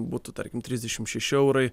būtų tarkim trisdešimt šeši eurai